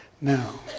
Now